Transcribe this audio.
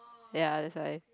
ya that's why